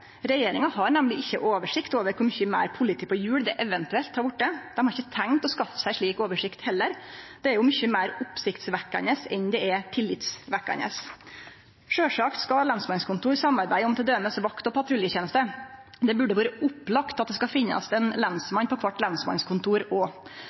Regjeringa har nemleg ikkje oversikt over kor mykje meir politi på hjul det eventuelt har vorte. Dei har ikkje tenkt å skaffe seg ei slik oversikt heller. Dette er jo mykje meir oppsiktsvekkjande enn det er tillitvekkjande. Sjølvsagt skal lensmannskontor samarbeide om t.d. vakt og patruljeteneste. Det burde vore opplagt at det skal finnast ein